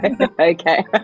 Okay